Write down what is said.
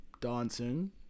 dancing